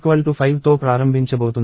p5 తో ప్రారంభించబోతున్నాం